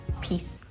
Peace